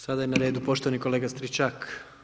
Sada je na redu poštovani kolega Stričak.